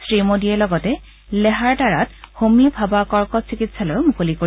শ্ৰীমোদীয়ে লগতে লেহাৰটাৰাত হমী ভাভা কৰ্কট চিকিৎসালয়ো মুকলি কৰিব